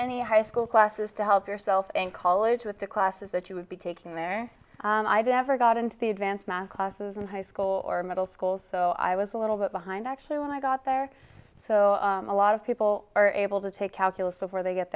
any high school classes to help yourself and college with the classes that you would be taking there i did after got into the advanced math classes in high school or middle school so i was a little bit behind actually when i got there so a lot of people are able to take calculus before they get